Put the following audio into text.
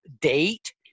Date